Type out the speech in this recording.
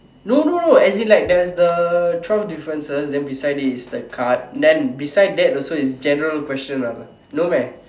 no no no as in like there's the twelve differences then beside it is the card then beside that is also general questions ah no meh